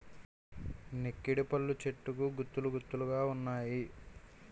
నెక్కిడిపళ్ళు చెట్టుకు గుత్తులు గుత్తులు గావున్నాయి